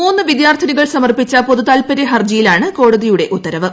മൂന്നു വിദ്യാർത്ഥിനികൾ സമർപ്പിച്ച പൊതു താൽപരൃ ഹർജിയിലാണ് കോടതിയുടെ ഉത്തരവ്